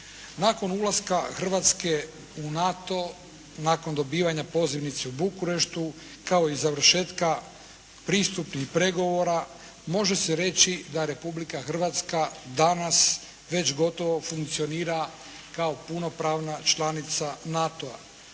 Nakon ulaska Hrvatske u NATO, nakon dobivanja pozivnice u Bukureštu kao i završetka pristupnih pregovora može se reći da Republika Hrvatska danas već gotovo funkcionira kao punopravna članica NATO-a.